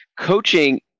coaching